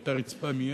היתה רצפה מעץ,